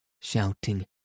shouting